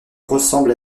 ressemblent